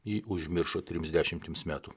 jį užmiršo trims dešimtims metų